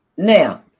Now